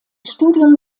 studium